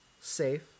Safe